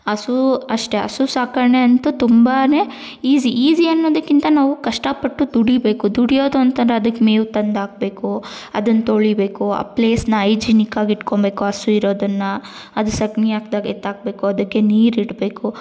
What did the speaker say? ಹಸು ಅಷ್ಟೇ ಹಸು ಸಾಕಣೆ ಅಂತು ತುಂಬಾ ಈಸಿ ಈಸಿ ಅನ್ನೋದಕ್ಕಿಂತ ನಾವು ಕಷ್ಟಪಟ್ಟು ದುಡೀಬೇಕು ದುಡಿಯೋದು ಅಂತಂದರೆ ಅದಕ್ಕೆ ಮೇವು ತಂದು ಹಾಕ್ಬೇಕು ಅದನ್ನು ತೊಳಿಬೇಕು ಆ ಪ್ಲೇಸ್ನ ಐಜೀನಿಕಾಗಿ ಇಟ್ಕೊಬೇಕು ಹಸು ಇರೋದನ್ನು ಅದು ಸಗಣಿ ಹಾಕ್ದಾಗ್ ಎತ್ತಾಕಬೇಕು ಅದಕ್ಕೆ ನೀರಿಡಬೇಕು